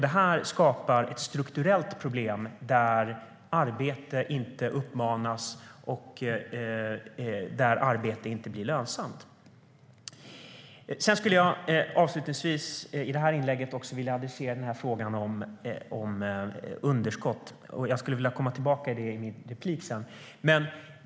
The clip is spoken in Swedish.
Det här skapar ett strukturellt problem där arbete inte uppmuntras och inte blir lönsamt. I det här inlägget vill jag avslutningsvis adressera frågan om underskott. Jag skulle vilja komma tillbaka till den i nästa inlägg.